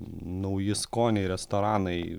nauji skoniai restoranai